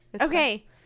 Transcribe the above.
Okay